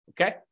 Okay